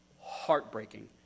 heartbreaking